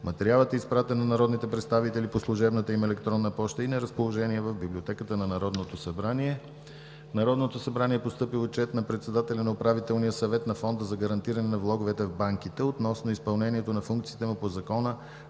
Материалът е изпратен на народните представители по служебната им електронна поща и е на разположение в Библиотеката на Народното събрание. В Народното събрание е постъпил Отчет на председателя на Управителния съвет на Фонда за гарантиране на влоговете в банките относно изпълнението на функциите му по Закона